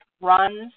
Runs